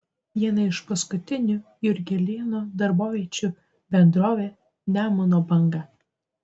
viena iš paskutinių jurgelėno darboviečių bendrovė nemuno banga